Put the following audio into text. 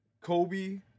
Kobe